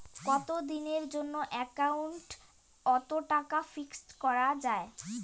কতদিনের জন্যে একাউন্ট ওত টাকা ফিক্সড করা যায়?